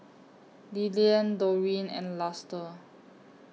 Lillian Dorene and Luster